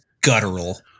guttural